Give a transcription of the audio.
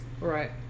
Right